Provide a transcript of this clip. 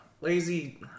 lazy